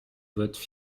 votre